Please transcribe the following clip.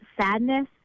sadness